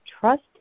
trust